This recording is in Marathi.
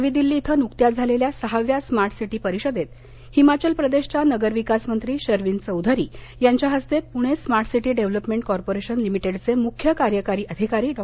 नवी दिल्ली इथं नृकत्याच झालेल्या सहाव्या स्मार्ट सिटी परिषदेत हिमाचल प्रदेशच्या नगरविकास मंत्री शर्वीन चौधरी यांच्या हस्ते Pune smart city development corporation लिमिटेडचे मुख्य कार्यकारी अधिकारी डॉ